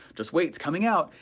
just wait, it's coming out.